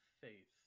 faith